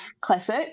classic